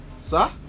Sir